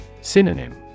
Synonym